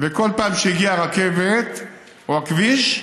וכל פעם שהגיעה רכבת, או כביש,